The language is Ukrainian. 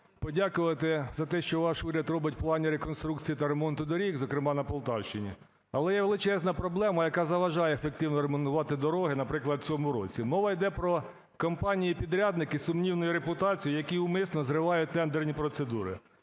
за те, що ваш уряд робить в плані реконструкції та ремонту доріг, зокрема, на Полтавщині. Але є величезна проблема, яка заважає ефективно ремонтувати, наприклад, в цьому році. Мова йде про компанії-підрядники сумнівної репутації, які умисно зривають тендерні процедури.